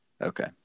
Okay